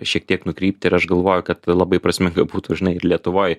šiek tiek nukrypti ir aš galvoju kad labai prasminga būtų žinai ir lietuvoj